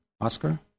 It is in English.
Oscar